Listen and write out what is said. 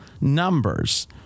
numbers